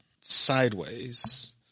sideways